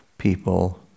people